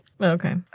Okay